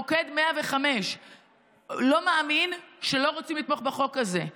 מוקד 105 לא מאמין שלא רוצים לתמוך בחוק הזה.